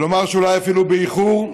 ולומר שאולי אפילו באיחור,